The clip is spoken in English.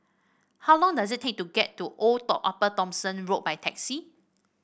how long does it take to get to Old Upper Thomson Road by taxi